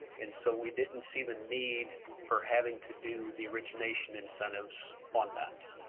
and so we didn't see the need for having to do the origination incentives on that.